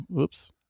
Oops